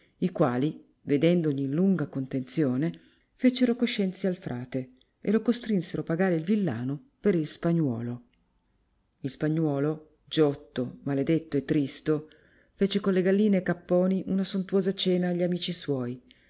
i quali vedendogli in lunga contenzione fecero conscienzia al frate e lo costrinsero pagar il villano per il spagnuolo il spagnuolo giotto maledetto e tristo fece con le galline e capponi una sontuosa cena a gli amici suoi